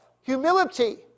Humility